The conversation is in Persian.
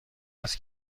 است